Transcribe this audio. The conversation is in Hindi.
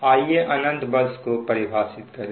आइए अनंत को परिभाषित करें